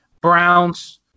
Browns